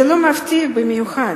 זה לא מפתיע במיוחד.